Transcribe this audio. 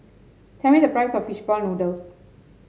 tell me the price of fish ball noodles